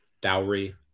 Dowry